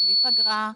בלי פגרה,